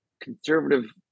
conservative